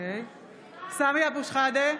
(קוראת בשמות חברי הכנסת) סמי אבו שחאדה,